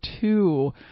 two